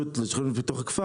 תוכל להתייחס לזה באריכות וכמו